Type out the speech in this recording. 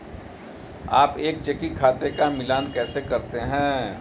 आप एक चेकिंग खाते का मिलान कैसे करते हैं?